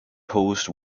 post